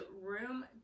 room